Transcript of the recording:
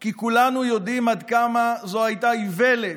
כי כולנו יודעים עד כמה זאת הייתה איוולת,